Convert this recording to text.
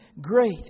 great